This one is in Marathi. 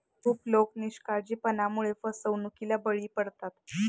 खूप लोक निष्काळजीपणामुळे फसवणुकीला बळी पडतात